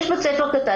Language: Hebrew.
יש בית ספר קטן,